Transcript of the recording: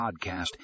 podcast